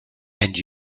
and